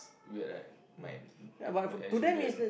weird right might might actually be an